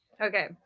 Okay